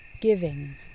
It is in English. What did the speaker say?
Giving